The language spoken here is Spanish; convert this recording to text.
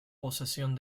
posesión